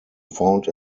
found